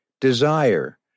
desire